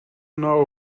know